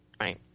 right